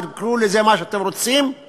תקראו לזה מה שאתם רוצים,